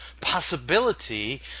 possibility